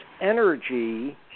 energy